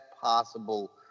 possible